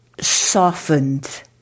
softened